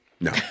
no